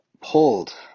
pulled